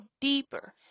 deeper